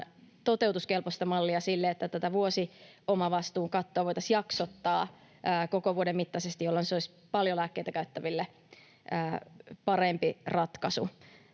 toteutuskelpoista mallia sille, että tätä vuosiomavastuun kattoa voitaisiin jaksottaa koko vuoden mittaisesti, jolloin se olisi paljon lääkkeitä käyttäville parempi ratkaisu.